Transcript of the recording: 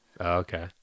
okay